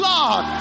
Lord